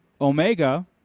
Omega